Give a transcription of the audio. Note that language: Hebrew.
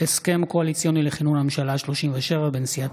הסכם קואליציוני לכינון הממשלה השלושים-ושבע בין סיעת